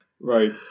Right